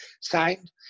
signed